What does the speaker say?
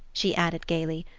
she added gaily,